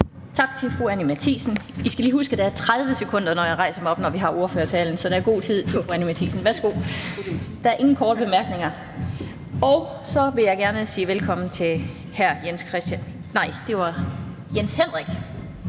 Tak til fru Anni Matthiesen. I skal lige huske, at der er 30 sekunder, når jeg rejser mig op, når vi har ordførertaler. Så der er god tid, vil jeg sige til fru Anni Matthiesen. Der er ingen korte bemærkninger, og så vil jeg gerne sige velkommen til hr. Jens Henrik